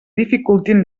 dificultin